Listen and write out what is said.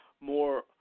more